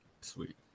Sweet